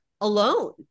alone